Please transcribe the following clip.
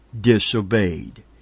disobeyed